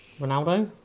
Ronaldo